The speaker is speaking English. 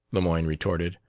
lemoyne retorted.